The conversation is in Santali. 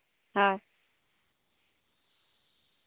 ᱦᱳᱭ